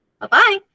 Bye-bye